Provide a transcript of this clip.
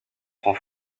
prend